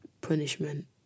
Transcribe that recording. punishment